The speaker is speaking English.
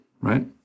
right